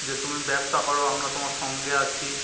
যে তুমি ব্যবসা করো আমরা তোমার সঙ্গে আছি